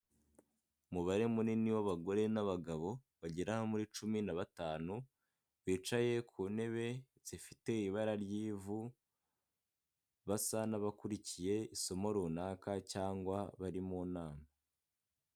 Umubare munini w'abagore n'abagabo bagera muri cumi na batanu bicaye ku ntebe zifite ibara ry'ivu basa n'abakurikiye isomo runaka cyangwa bari mu nama.